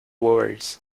worries